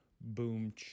boom